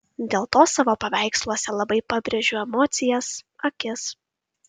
dėl to savo paveiksluose labai pabrėžiu emocijas akis